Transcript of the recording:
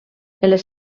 les